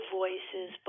voices